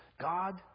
god